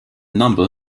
number